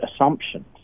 assumptions